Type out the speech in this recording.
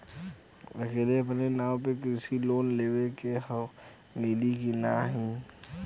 ओके अपने नाव पे कृषि लोन लेवे के हव मिली की ना ही?